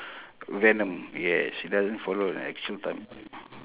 venom yes it doesn't follow the actual time